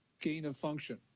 gain-of-function